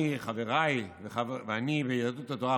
אני וחבריי ביהדות התורה,